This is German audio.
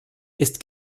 ist